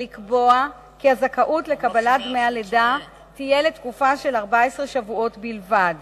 ולקבוע כי הזכאות לקבלת דמי הלידה תהיה לתקופה של 14 שבועות בלבד.